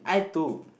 two